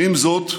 ועם זאת,